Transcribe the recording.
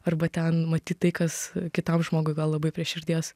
arba ten matyt tai kas kitam žmogui gal labai prie širdies